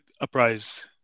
Uprise